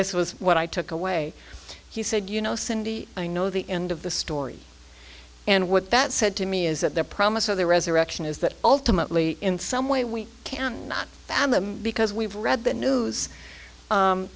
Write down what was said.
this was what i took away he said you know cindy i know the end of the story and what that said to me is that their promise of the resurrection is that ultimately in some way we can not because we've read the news